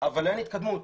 אין התקדמות.